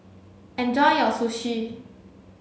enjoy your Sushi